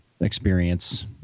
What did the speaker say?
experience